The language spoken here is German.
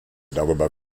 darüber